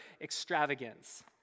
extravagance